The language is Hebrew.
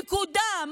נקודה.